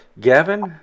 Gavin